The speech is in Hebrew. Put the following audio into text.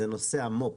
זה נושא המו"פ.